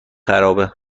خرابه